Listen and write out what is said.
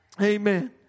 Amen